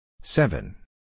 Seven